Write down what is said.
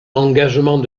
engagement